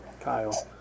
Kyle